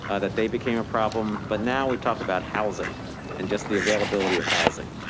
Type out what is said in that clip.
ah that they became a problem. but now we talk about housing and just the availability of housing.